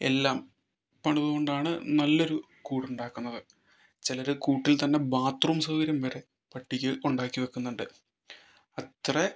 എല്ലാം പണുതുകൊണ്ടാണ് നല്ലൊരു കൂടുണ്ടാക്കുന്നത് ചിലര് കൂട്ടിൽ തന്നെ ബാത്രൂം സൗകര്യം വരെ പട്ടിക്ക് ഉണ്ടാക്കി വയ്ക്കുന്നുണ്ട് അത്രെ